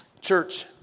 Church